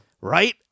Right